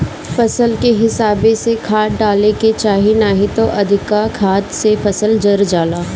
फसल के हिसाबे से खाद डाले के चाही नाही त अधिका खाद से फसल जर जाला